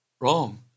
Wrong